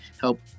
help